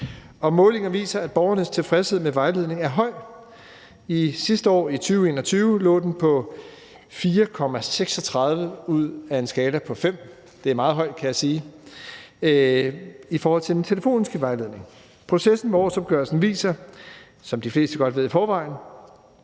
målinger viser, at borgernes tilfredshed med vejledningen er høj. Sidste år, i 2021, lå den på 4,36 på en skala op til 5 – og det er meget højt, kan jeg sige – med hensyn til den telefoniske vejledning. Processen med årsopgørelsen viser, som de fleste godt ved i forvejen,